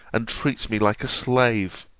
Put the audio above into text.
and treats me like a slave